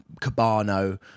Cabano